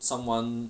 someone